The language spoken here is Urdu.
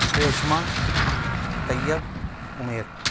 ریشما طیب عمیر